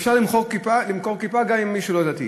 אפשר למכור כיפה גם אם מישהו לא דתי.